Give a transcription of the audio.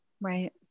Right